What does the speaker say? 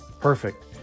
Perfect